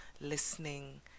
listening